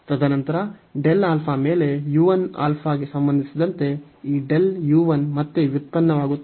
ತದನಂತರ ಮೇಲೆ u 1 ಕ್ಕೆ ಸಂಬಂಧಿಸಿದಂತೆ ಈ 1 ಮತ್ತೆ ವ್ಯುತ್ಪನ್ನವಾಗುತ್ತದೆ